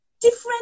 different